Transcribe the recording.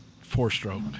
four-stroke